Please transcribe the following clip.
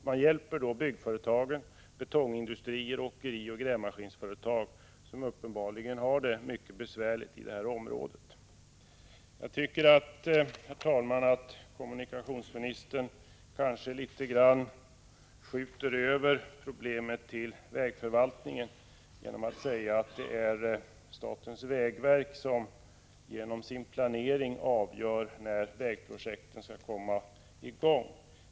Man hjälper då byggföretag, betongindustrier, åkerier och grävmaskinsföretag som uppenbarligen har det mycket besvärligt i det här området. Herr talman! Jag tycker att kommunikationsministern litet grand skjuter över problemet till vägförvaltningen genom att säga att det är statens vägverk som genom sin planering avgör när vägprojekten skall komma i gång.